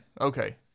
okay